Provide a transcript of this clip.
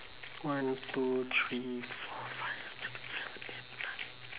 one two three four five six seven eight nine